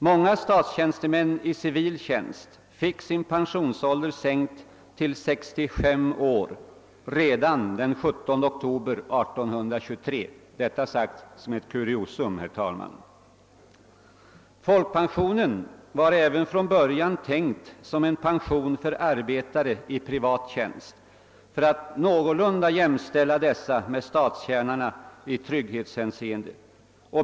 Många statstjänstemän i civil tjänst fick sin pensionsålder sänkt till 65 år redan den 17 oktober 1823 — detta sagt som ett kuriosum, herr talman. Folkpensionen var från början tänkt som en pension för arbetare i privat tjänst och skulle någorlunda jämställa dessa med statstjänarna i trygghetshänseende.